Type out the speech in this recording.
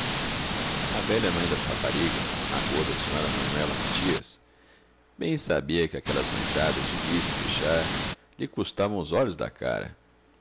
a velha mãe das raparigas a gorda sra manuela matias bem sabia que aquelas noitadas de víspora e chá lhe custavam os olhos da cara